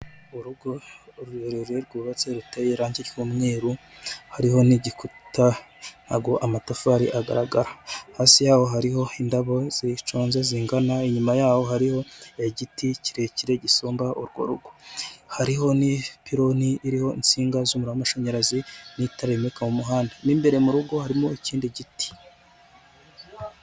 Urugo rurerure rwubatse ruteye irange ry'umweru hariho n'igikuta ntago amatafari agaragara, hasi yaho hariho indabo ziconze zingana, inyuma yaho hariho igiti kirekire gisumba urwo rugo, hariho n'ipironi ririho insinga z'umuriro w'amashanyarazi n'itara rimurika mu muhanda mu imbere mu rugo harimo ikindi giti.